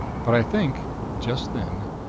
but i think, just then,